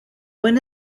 one